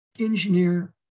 engineer